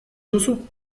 duzu